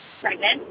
pregnant